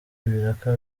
ibiraka